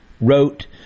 wrote